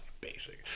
basic